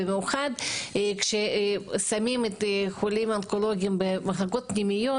במיוחד ששמים את החולים האונקולוגים במחלוקות פנימיות,